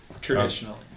traditionally